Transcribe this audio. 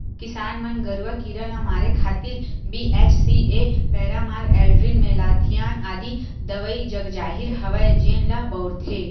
किसान मन गरूआ कीरा ल मारे खातिर बी.एच.सी.ए पैरामार, एल्ड्रीन, मेलाथियान आदि दवई जगजाहिर हवय जेन ल बउरथे